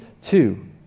two